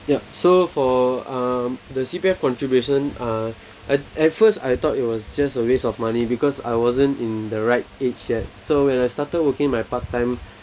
ya so for um the C_P_F contribution uh at at first I thought it was just a waste of money because I wasn't in the right age yet so when I started working my part time